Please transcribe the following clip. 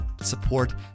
support